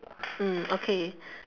mm okay